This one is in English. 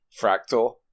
fractal